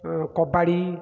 kabaddi